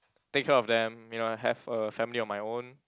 take care of them you know have a family of my own